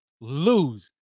lose